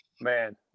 man